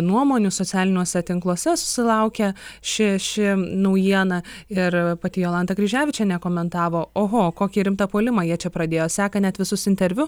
nuomonių socialiniuose tinkluose susilaukė ši ši naujiena ir pati jolanta kryževičienė komentavo oho kokį rimtą puolimą jie čia pradėjo seka net visus interviu